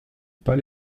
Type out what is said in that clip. pas